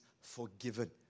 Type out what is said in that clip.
forgiven